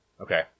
Okay